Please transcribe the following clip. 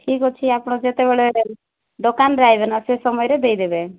ଠିକ୍ ଅଛି ଆପଣ ଯେତେବେଳେ ଦୋକାନରେ ଆସିବେ ନା ସେ ସମୟରେ ଦେଇ ଦେବେ